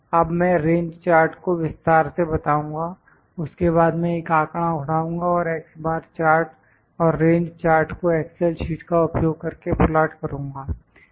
अब मैं range chart को विस्तार से बताऊंगा उसके बाद मैं एक आंकड़ा उठाऊंगा और X बार चार्ट और रेंज चार्ट को एक्सेल शीट का उपयोग करके प्लाट करूँगा